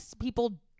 people